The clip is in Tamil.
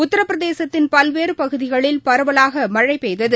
உத்திரபிரசேத்தின் பல்வேறுபகுதிகளில் பரவலாகமழைபெய்தது